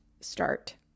start